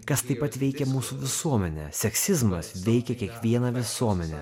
kas taip pat veikia mūsų visuomenę seksizmas veikia kiekvieną visuomenę